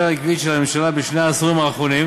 העקבית של הממשלה בשני העשורים האחרונים